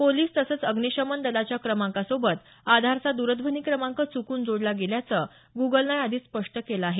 police तसंच अग्निशमन दलाच्या क्रमांकासोबत आधारचा द्रध्वनी क्रमांक चुकून जोडला गेल्याचं गुगलने याआधीच स्पष्ट केलं आहे